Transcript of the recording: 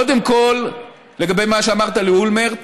קודם כול, לגבי מה שאמרת על אולמרט,